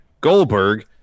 Goldberg